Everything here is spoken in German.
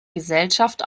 gesellschaft